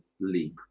leap